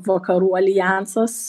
vakarų aljansas